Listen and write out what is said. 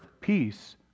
peace